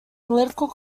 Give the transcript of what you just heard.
political